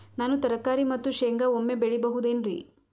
ನಾನು ತರಕಾರಿ ಮತ್ತು ಶೇಂಗಾ ಒಮ್ಮೆ ಬೆಳಿ ಬಹುದೆನರಿ?